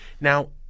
Now